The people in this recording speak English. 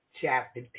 chapter